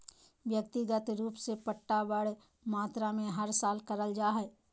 व्यक्तिगत रूप से पट्टा बड़ मात्रा मे हर साल करल जा हय